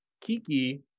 Kiki